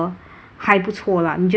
还不错 lah 你觉得 leh